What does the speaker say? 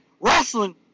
wrestling